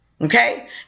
Okay